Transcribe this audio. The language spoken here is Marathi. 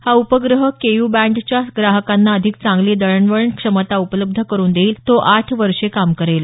हा उपग्रह केयू बँडच्या ग्राहकांना अधिक चांगली दळणवळण क्षमता उपलब्ध करुन देईल तो आठ वर्षे काम करेल